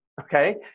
okay